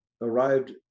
arrived